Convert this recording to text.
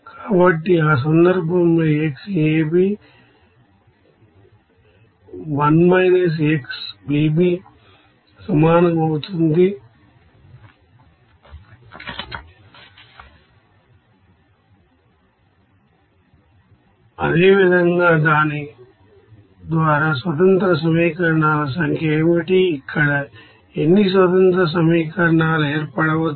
కాబట్టి ఆ సందర్భంలోxAB 1 - xBB సమానం అవుతుంది అదేవిధంగా దీని ద్వారా ఇండిపెండెంట్ ఈక్వేషన్ సంఖ్య సంఖ్య ఏమిటి ఇక్కడ ఎన్ని స్వతంత్ర సమీకరణాలు ఏర్పడవచ్చు